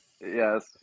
Yes